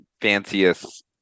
fanciest